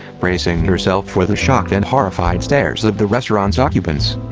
bracing herself for the shocked and horrified stares of the restaurant's occupants.